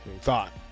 thought